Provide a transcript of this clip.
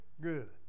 good